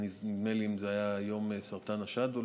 נדמה לי שזה היה יום הסרטן השד.